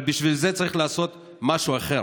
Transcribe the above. אבל בשביל זה צריך לעשות משהו אחר,